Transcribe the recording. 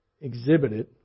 exhibited